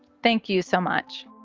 thank you so much